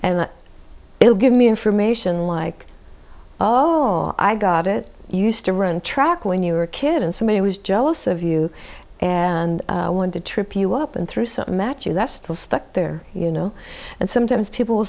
and it'll give me information like oh i got it used to run track when you were a kid and somebody was jealous of you and want to trip you up and through something that you that's still stuck there you know and sometimes people will